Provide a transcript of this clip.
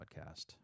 Podcast